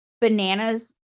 bananas